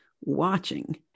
watching